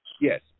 Yes